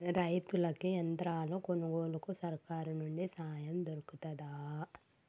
రైతులకి యంత్రాలు కొనుగోలుకు సర్కారు నుండి సాయం దొరుకుతదా?